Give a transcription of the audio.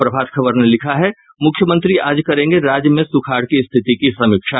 प्रभात खबर ने लिखा है मुख्यमंत्री आज करेंगे राज्य में सुखाड़ की स्थिति की समीक्षा